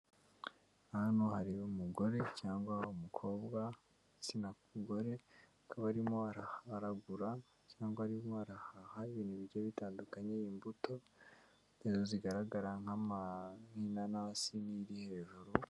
Hano hari umugore cyangwa umukobwa igitsina gore; akaba arimo aragura cyangwa arimo arahaha ibintu bigiye bitandukanye; imbuto zigaragara nk'inanasi niyo iri hejuru.